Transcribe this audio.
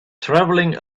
traveling